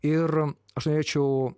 ir aš norėčiau